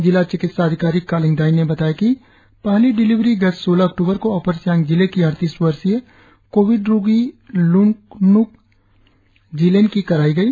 जिला चिकित्या अधिकारी कालिंग दाई ने बताया कि पहली डिलिवरी गत सोलह अक्टूबर को अपर सियांग जिले की अड़तीस वर्षीय कोविड रोगी ल्कज्न जिलेन की कराई गई